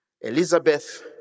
Elizabeth